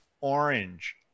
orange